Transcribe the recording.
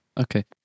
Okay